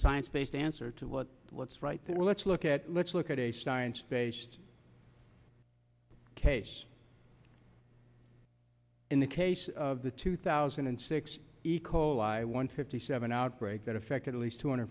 science based answer to what what's right there let's look at let's look at a science based case in the case of the two thousand and six eco i won fifty seven outbreak that affected at least two hundred